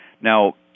Now